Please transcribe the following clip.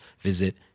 visit